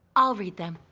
i'll read them.